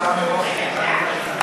איסור שביתה ללא הודעה מראש),